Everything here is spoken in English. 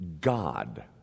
God